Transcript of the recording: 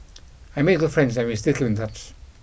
I made good friends and we still keep in touch